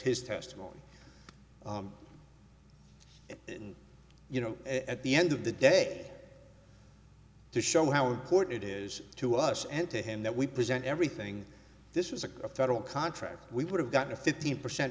his testimony you know at the end of the day to show how important it is to us and to him that we present everything this was a federal contract we would have gotten a fifteen percent